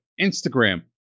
Instagram